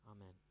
Amen